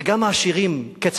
גם העשירים, כצל'ה,